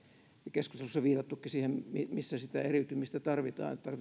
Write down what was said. keskustelussa on viitattukin siihen missä sitä eriytymistä tarvitaan